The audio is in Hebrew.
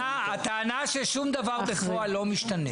הטענה היא ששום דבר בפועל לא משתנה.